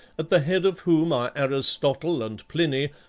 at the head of whom are aristotle and pliny,